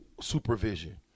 supervision